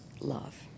love